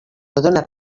dóna